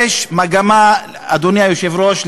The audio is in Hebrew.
אדוני היושב-ראש,